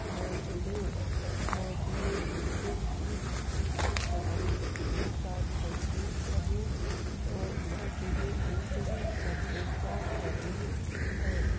मौजरियूं मौजरियूं जूते जी सुठी कढ़ाई सां ठहंदियूं आहिनि ओर मौजरियूं ऊंट जी चमड़े सां ठहियूं वेंदियूं आहिनि